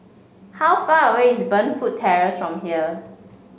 how far away is Burnfoot Terrace from here